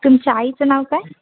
तुमच्या आईचं नाव काय